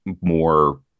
more